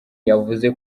yavuze